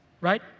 right